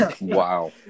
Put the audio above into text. wow